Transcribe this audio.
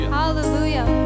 hallelujah